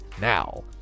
Now